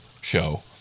show